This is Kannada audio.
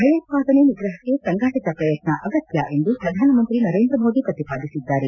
ಭಯೋತ್ವಾದನೆ ನಿಗ್ರಹಕ್ಕೆ ಸಂಘಟಿತ ಪ್ರಯತ್ನ ಅಗತ್ಯ ಎಂದು ಪ್ರಧಾನಮಂತ್ರಿ ನರೇಂದ್ರ ಮೋದಿ ಪ್ರತಿಪಾದಿಸಿದ್ದಾರೆ